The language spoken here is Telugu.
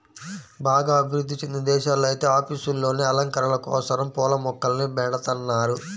బాగా అభివృధ్ధి చెందిన దేశాల్లో ఐతే ఆఫీసుల్లోనే అలంకరణల కోసరం పూల మొక్కల్ని బెడతన్నారు